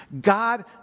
God